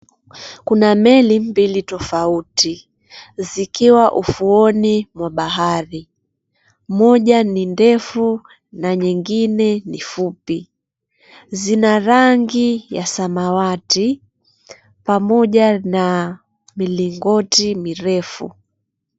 Kuna meli mbili tofauti zikiwa ufuoni mwa bahari. Moja ni ndefu na nyingine ni fupi. Zina rangi ya samawati pamoja na milingoti mirefu.